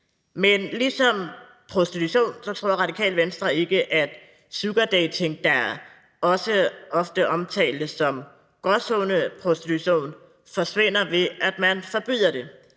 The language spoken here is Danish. Men ligesom med prostitution tror Radikale Venstre ikke, at sugardating, der også ofte omtales som gråzoneprostitution, forsvinder, ved at man forbyder det